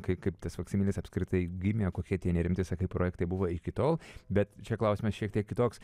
kaip kaip tas faksimilis apskritai gimė kokie tie nerimti sakai projektai buvo iki tol bet čia klausimas šiek tiek kitoks